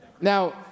Now